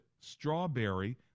strawberry